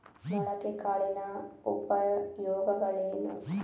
ಮೊಳಕೆ ಕಾಳಿನ ಉಪಯೋಗಗಳೇನು?